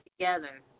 together